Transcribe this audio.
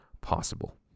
possible